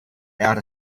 out